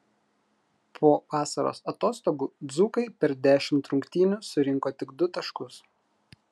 po vasaros atostogų dzūkai per dešimt rungtynių surinko tik du taškus